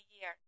year